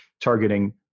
targeting